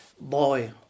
boy